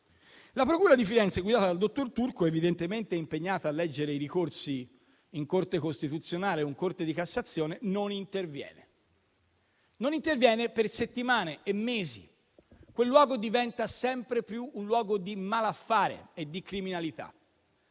La procura di Firenze, guidata dal dottor Turco, evidentemente impegnata a leggere i ricorsi in Corte costituzionale o in Corte di cassazione, non interviene. Non interviene per settimane e mesi. Quel luogo diventa sempre più un luogo di malaffare e di criminalità.